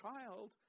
child